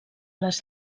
les